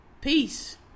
Peace